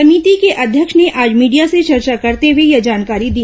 समिति के अध्यक्ष ने आज मीडिया से चॅर्चा करते हुए यह जानकारी दी